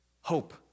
Hope